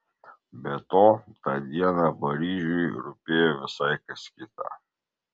be to tą dieną paryžiui rūpėjo visai kas kita